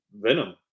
venom